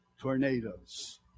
tornadoes